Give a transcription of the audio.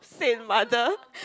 same mother